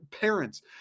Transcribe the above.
parents